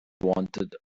wanted